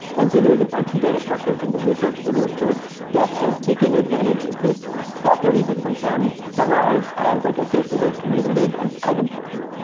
and so there's a bunch of data structures in the research literature that have taken advantage of this property that sometimes summarize as like associative, commutative and item-potent.